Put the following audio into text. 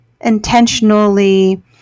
intentionally